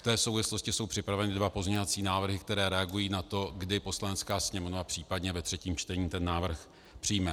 V té souvislosti jsou připraveny dva pozměňovací návrhy, které reagují na to, kdy Poslanecká sněmovna případně ve třetím čtení ten návrh přijme.